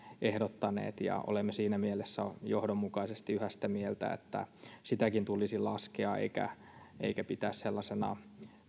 ehdottaneet ja olemme siinä mielessä johdonmukaisesti yhä sitä mieltä että sitäkin tulisi laskea eikä pitää sellaisena